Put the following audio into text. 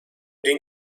den